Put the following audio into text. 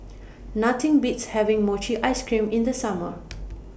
Nothing Beats having Mochi Ice Cream in The Summer